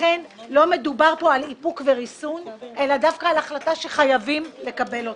לכן לא מדובר פה על איפוק וריסון אלא דווקא על החלטה שחייבים לקבל אותה.